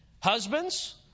Husbands